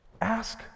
Ask